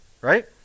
Right